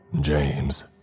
James